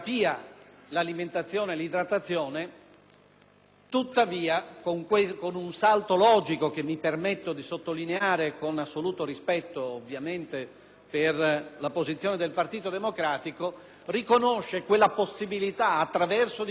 tuttavia, con un salto logico che mi permetto di sottolineare, nell'assoluto rispetto ovviamente per la posizione del Partito Democratico, riconosce la possibilità - attraverso dichiarazione espressa, certamente non presunta - di rinunciare